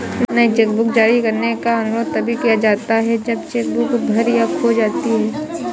नई चेकबुक जारी करने का अनुरोध तभी किया जाता है जब चेक बुक भर या खो जाती है